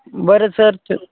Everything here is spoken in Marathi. बरं सर तर